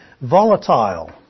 volatile